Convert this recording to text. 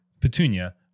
Petunia